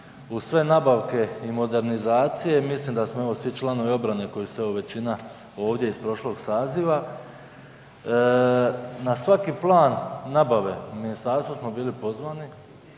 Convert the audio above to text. uz sve nabavke i modernizacija mislim da smo evo svi članovi obrane koji ste evo većina ovdje iz prošlog saziva, na svaki plan nabave u ministarstvo smo bili pozvani,